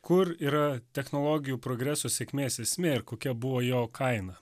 kur yra technologijų progreso sėkmės esmė ir kokia buvo jo kaina